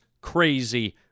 crazy